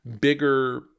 bigger